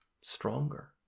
stronger